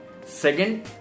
Second